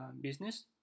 business